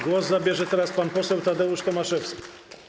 Głos zabierze teraz pan poseł Tadeusz Tomaszewski.